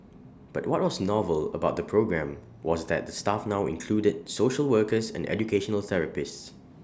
but what was novel about the programme was that the staff now included social workers and educational therapists